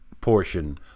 portion